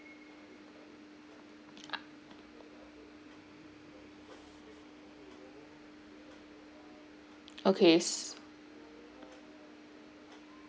okay